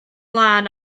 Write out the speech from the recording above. lân